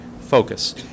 focus